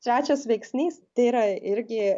trečias veiksnys tai yra irgi